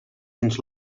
dins